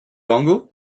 dongle